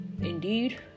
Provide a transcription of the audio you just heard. Indeed